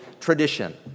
tradition